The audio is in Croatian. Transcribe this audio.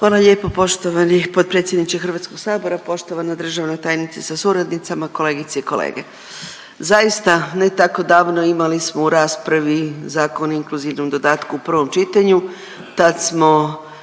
Hvala lijepo. Poštovani potpredsjedniče HS-a, poštovana državna tajnice sa suradnicama, kolegice i kolege. Zaista ne tako davno imali smo u raspravi Zakon o inkluzivnom dodatku u prvom čitanju, tad smo